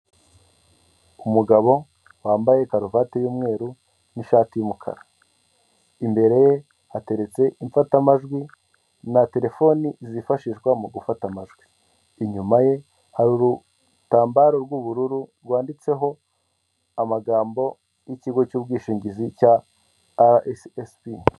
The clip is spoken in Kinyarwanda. Umugabo wambaye karuvati y'umweru n'ishati y'umukara. Imbere ye hateretse ifatamajwi, na telefoni zifashishwa mu gufata amajwi. Inyuma ye hari urutambaro rw'ubururu, rwanditseho amagambo y'ikigo cy'ubwishingizi cya arayesiyesibi.